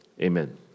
amen